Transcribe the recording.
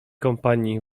kompanii